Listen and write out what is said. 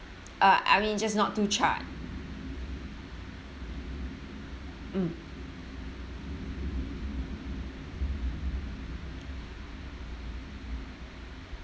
uh I mean just not too charred mm